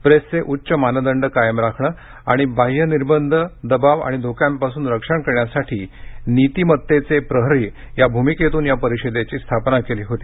प्रेसचे उच्च मानदंड कायम राखणं आणि बाह्य निर्बंध दबाव आणि धोक्यांपासून रक्षण करण्यासाठी नीतिमत्तेचे प्रहरी या भूमिकेतून या परिषदेची स्थापना केली होती